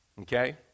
Okay